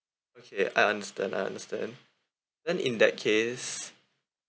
okay I understand I understand then in that case